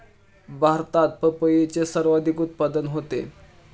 भारतात पपईचे सर्वाधिक उत्पादन होते